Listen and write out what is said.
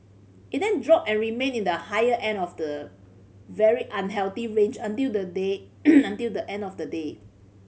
it then dropped and remained in the higher end of the very unhealthy range until the day until the end of the day